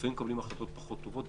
לפעמים מקבלים החלטות פחות טובות.